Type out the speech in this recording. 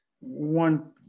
one